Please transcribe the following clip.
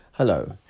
Hello